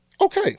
Okay